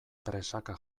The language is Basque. presaka